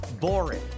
boring